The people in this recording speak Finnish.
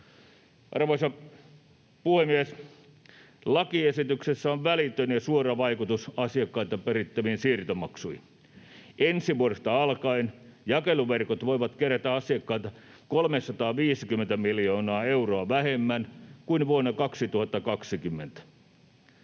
Arvoisa puhemies! Lakiesityksellä on välitön ja suora vaikutus asiakkailta perittäviin siirtomaksuihin. Ensi vuodesta alkaen jakeluverkot voivat kerätä asiakkailta 350 miljoonaa euroa vähemmän kuin vuonna 2020.